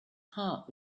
heart